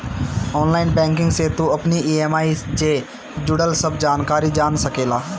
online banking से तू अपनी इ.एम.आई जे जुड़ल सब जानकारी जान सकेला